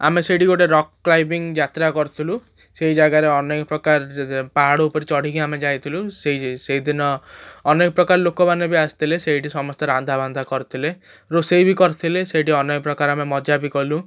ଆମେ ସେଇଠି ଗୋଟେ ରକ୍ କ୍ଲାଇମ୍ବିଂ ଯାତ୍ରା କରିଥିଲୁ ସେଇ ଜାଗାରେ ଅନେକ ପ୍ରକାର ପାହାଡ଼ ଉପରେ ଚଢ଼ିକି ଆମେ ଯାଇଥିଲୁ ସେଇ ସେଇଦିନ ଅନେକ ପ୍ରକାର ଲୋକମାନେ ବି ଆସିଥିଲେ ସେଇଠି ସମସ୍ତେ ରନ୍ଧା ବାନ୍ଧା କରିଥିଲେ ରୋଷେଇ ବି କରିଥିଲେ ସେଇଠି ଅନେକ ପ୍ରକାର ଆମେ ମଜା ବି କଲୁ